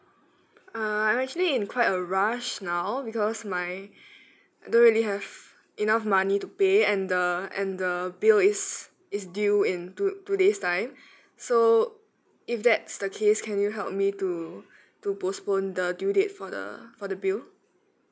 uh I'm actually in quite a rush now because my don't really have enough money to pay and the and the bill is is due in two two days time so if that's the case can you help me to to postpone the due date for the for the bill